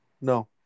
No